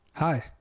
Hi